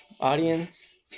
Audience